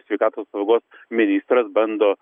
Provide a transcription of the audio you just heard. sveikatos apsaugos ministras bando